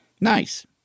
Nice